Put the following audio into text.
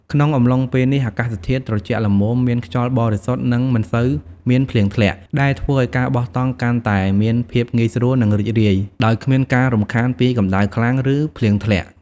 ក្នុងអំឡុងពេលនេះ អាកាសធាតុត្រជាក់ល្មម មានខ្យល់បរិសុទ្ធ និងមិនសូវមានភ្លៀងធ្លាក់ ដែលធ្វើឲ្យការបោះតង់កាន់តែមានភាពងាយស្រួល និងរីករាយ ដោយគ្មានការរំខានពីកម្ដៅខ្លាំង ឬភ្លៀងធ្លាក់។